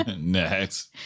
Next